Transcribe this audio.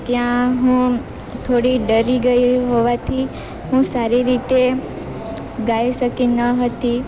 ત્યાં હું થોડી ડરી ગઈ હોવાથી હું સારી રીતે ગાઈ શકી ન હતી